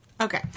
Okay